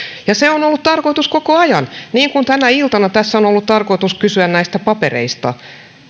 viisi se on ollut tarkoitus koko ajan niin kuin tänä iltana tässä on on ollut tarkoitus kysyä näistä papereista